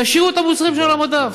תשאירו את המוצרים שלה על המדף.